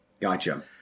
Gotcha